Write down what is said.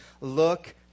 look